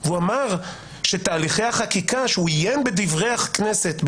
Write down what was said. הוא אמר שהוא עיין בדברי הכנסת,